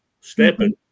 stepping